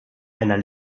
einer